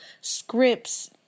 scripts